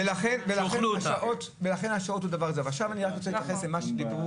התשובות לא היו תשובות,